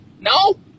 No